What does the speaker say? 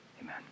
Amen